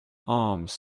alms